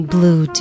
Blue